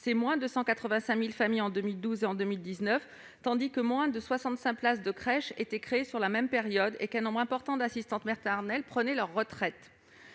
en moins entre 2012 et 2019 -, tandis que moins de 65 000 places de crèches étaient créées sur la même période et qu'un nombre important d'assistantes maternelles prenaient leur retraite.